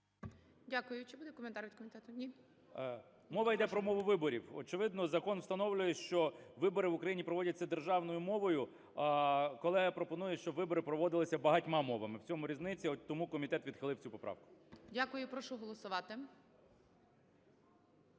Дякую. Чи буде коментар від комітету? Ні? 13:03:24 КНЯЖИЦЬКИЙ М.Л. Мова йде про мову виборів. Очевидно, закон встановлює, що вибори в Україні проводяться державною мовою, а колега пропонує, щоб вибори проводилися багатьма мовами. В цьому різниця. От тому комітет відхилив цю поправку. ГОЛОВУЮЧИЙ. Дякую. І прошу голосувати.